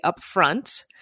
upfront